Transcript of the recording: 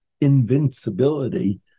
invincibility